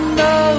no